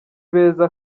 beza